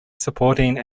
supporting